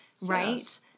right